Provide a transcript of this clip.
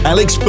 Alex